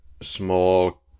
small